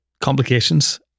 complications